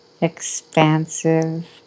expansive